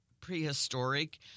prehistoric